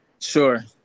Sure